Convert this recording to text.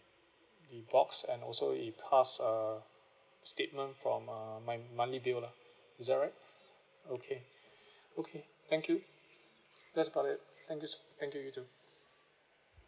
the box and also a past uh statement from uh my monthly bill lah is that right okay okay thank you that's about it thank you thank you you too